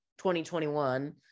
2021